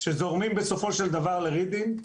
שזורמים בסופו של דבר לרידינג,